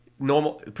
Normal